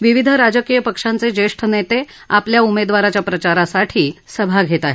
विविध राजकीय पक्षांचे ज्येष्ठ नेते आपल्या उमेदवाराच्या प्रचारासाठी सभा घेत आहेत